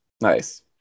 Nice